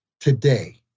today